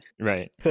Right